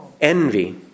Envy